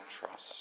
trust